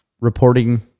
reporting